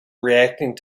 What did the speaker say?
reacting